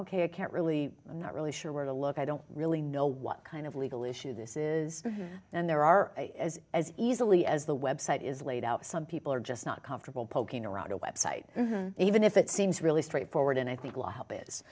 ok i can't really i'm not really sure where to look i don't really know what kind of legal issue this is and there are as as easily as the website is laid out some people are just not comfortable poking around a website even if it seems really straightforward and i think will help is